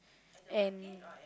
and